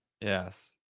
yes